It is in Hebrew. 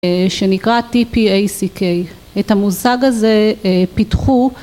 שנקרא TPACK, את המושג הזה פיתחו